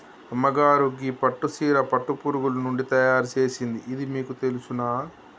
అమ్మగారు గీ పట్టు సీర పట్టు పురుగులు నుండి తయారు సేసింది ఇది మీకు తెలుసునా